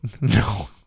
No